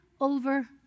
over